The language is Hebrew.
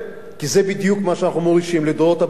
כי זה בדיוק מה שאנחנו מורישים לדורות הבאים.